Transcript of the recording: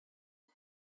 mae